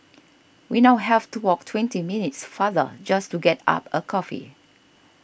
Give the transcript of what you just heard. we now have to walk twenty minutes farther just to get up a coffee